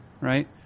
right